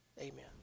Amen